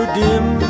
dim